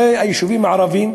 הרי היישובים הערביים הם